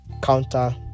counter